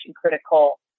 critical